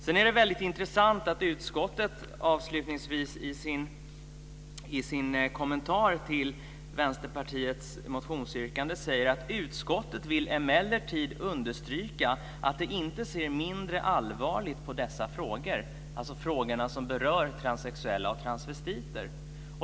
Sedan är det väldigt intressant att utskottet i sin kommentar till Vänsterpartiets motionsyrkande säger: "Utskottet vill emellertid understryka att det inte ser mindre allvarligt på dessa frågor", dvs. de frågor som berör transsexuella och transvestiter.